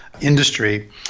industry